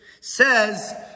says